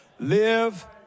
Live